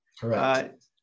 Correct